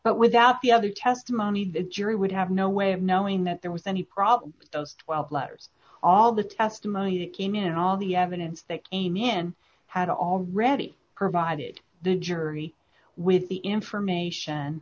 but without the other testimony the jury would have no way of knowing that there was any problem with those twelve letters all the testimony that came in all the evidence that a man had already provided the jury with the information